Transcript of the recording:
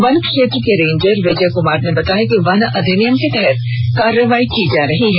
one क्षेत्र के ranger Vijay Kumar ने बताया कि वन अधिनियम के तहत कार्रवाई की जा रही है